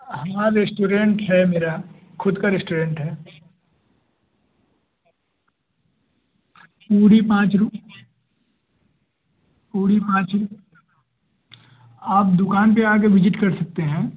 हमारा रेस्टोरेंट है मेरा ख़ुद का रेस्टोरेंट है पूरी पाँच रूपये पूरी पाँच आप दुकान पर आ कर विजिट कर सकते हैं